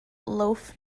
loaf